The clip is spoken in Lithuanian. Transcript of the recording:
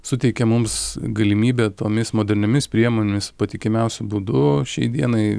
suteikia mums galimybę tomis moderniomis priemonėmis patikimiausiu būdu šiai dienai